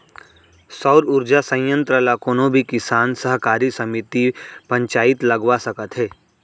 सउर उरजा संयत्र ल कोनो भी किसान, सहकारी समिति, पंचईत लगवा सकत हे